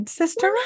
sister